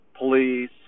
police